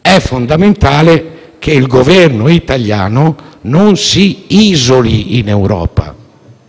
è fondamentale che il Governo italiano non si isoli in Europa